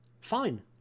Fine